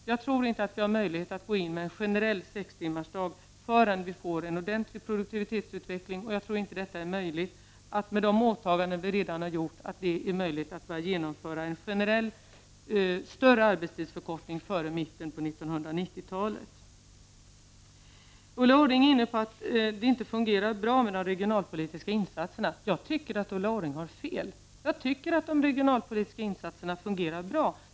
Enligt min mening har vi inte möjlighet att införa en generell sextimmarsdag förrän vi får en ordentlig produktivitetsutveckling, och jag tror inte att det är möjligt att, med de åtaganden vi redan har gjort, börja genomföra en generell större arbetstidsförkortning före mitten på 1990-talet. Ulla Orring talar om att de regionalpolitiska insatserna inte fungerar bra. Jag tycker att Ulla Orring har fel. Enligt min uppfattning fungerar de regionalpolitiska insatserna bra.